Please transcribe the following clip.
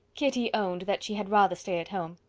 kitty owned that she had rather stay at home.